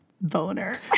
Boner